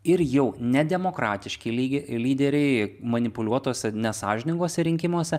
ir jau nedemokratiški lyde lyderiai manipuliuotose nesąžininguose rinkimuose